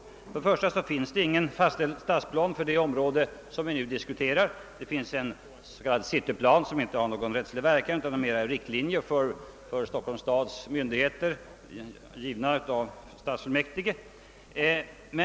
Till att börja med finns det ingen fastställd plan för det område som vi nu diskuterar; det finns en av stadsfullmäktige fastställd s.k. cityplan, som inte har någon rättslig verkan utan som mer utgör riktlinjer för Stockholms stads myndigheter.